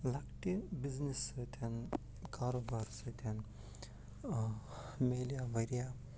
لَکٹہِ بِزنِس سۭتۍ کارَوبار سۭتۍ مِلیو واریاہ